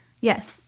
Yes